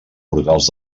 brutals